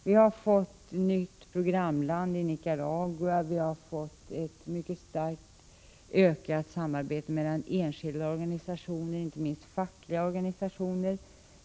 Vi har fått ett nytt programland i Nicaragua. Vi har mycket starkt ökat samarbetet med enskilda och organisationer, inte minst fackliga organisationer.